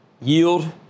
yield